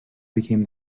became